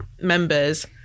members